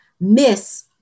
Miss